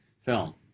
film